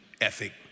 ethic